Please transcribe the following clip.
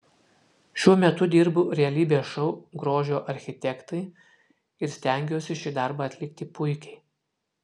šiuo metu dirbu realybės šou grožio architektai ir stengiuosi šį darbą atlikti puikiai